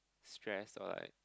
stress or like